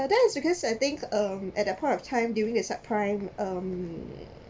by then because I think um at that point of time during the subprime um